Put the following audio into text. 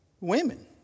women